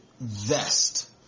vest